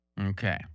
Okay